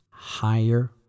higher